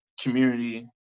community